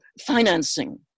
financing